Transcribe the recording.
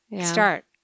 start